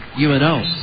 UNO